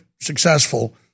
successful